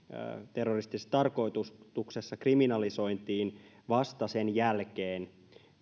terroristisessa tarkoituksessa kriminalisoitiin vasta sen jälkeen